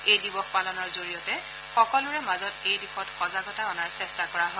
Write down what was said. এই দিৱস পালনৰ জৰিয়তে সকলোৰে মাজত এই দিশত সজাগতা অনাৰ চেষ্টা কৰা হয়